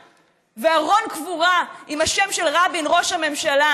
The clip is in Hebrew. וארון קבורה עם השם של רבין ראש הממשלה,